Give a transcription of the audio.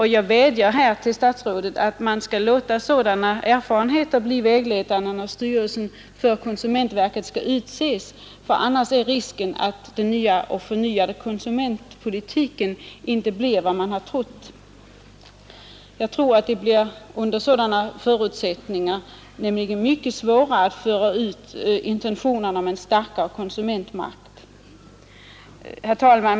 Här vädjar jag till statsrådet att låta sådana erfarenheter bli vägledande när styrelsen för konsumentverket skall utses. Annars föreligger risk för att den nya och förnyade konsumentpolitiken inte blir vad man trott att den skulle bli. Med sådana förutsättningar blir det mycket svårare att föra ut propositionens intentioner om en starkare konsumentmakt. Herr talman!